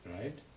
Right